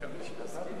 מתכבד להציג